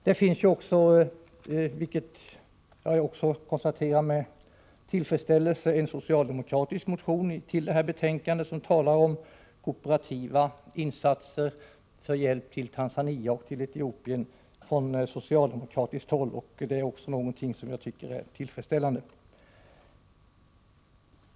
Med tillfredsställelse konstaterar jag också att det finns en socialdemokratisk motion till detta betänkande som talar om kooperativa insatser för hjälp till Tanzania och Etiopien.